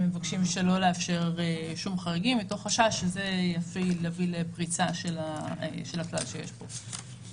מבקשים שלא לאפשר חריגים מתוך חשש שזה יביא לפריצה של הכלל שיש כאן.